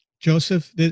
Joseph